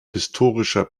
historischer